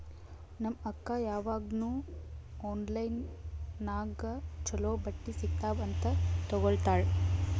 ನಮ್ ಅಕ್ಕಾ ಯಾವಾಗ್ನೂ ಆನ್ಲೈನ್ ನಾಗೆ ಛಲೋ ಬಟ್ಟಿ ಸಿಗ್ತಾವ್ ಅಂತ್ ತಗೋತ್ತಾಳ್